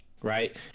Right